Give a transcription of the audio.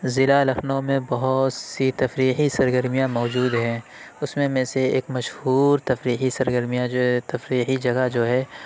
ضلع لکھنؤ میں بہت سی تفریحی سرگرمیاں موجود ہیں اس میں میں سے ایک مشہور تفریحی سرگرمیاں جو ہے تفریحی جگہ جو ہے